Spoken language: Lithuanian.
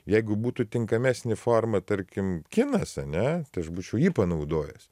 jeigu būtų tinkamesnė forma tarkim kinas ane aš būčiau jį panaudojęs